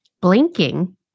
blinking